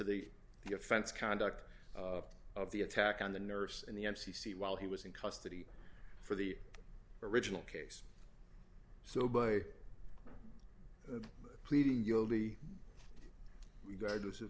the defense conduct of the attack on the nurse and the m c c while he was in custody for the original case so by pleading guilty regardless